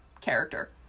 character